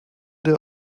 der